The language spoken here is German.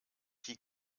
die